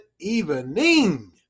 evening